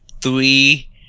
three